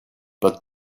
but